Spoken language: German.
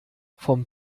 vom